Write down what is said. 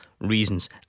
reasons